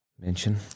mention